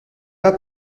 pas